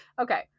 okay